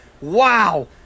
Wow